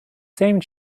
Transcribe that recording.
same